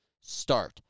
start